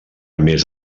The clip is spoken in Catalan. més